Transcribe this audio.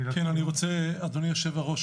אדוני היושב-ראש,